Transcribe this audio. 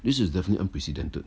this is definitely unprecedented